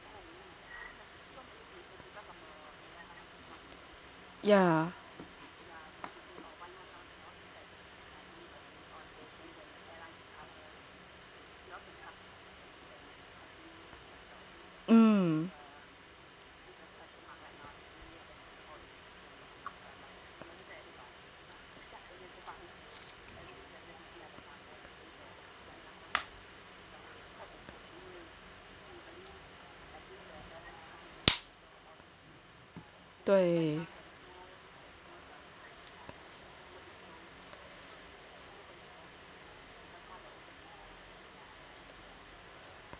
mm